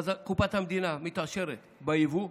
קופת המדינה מתעשרת מיבוא,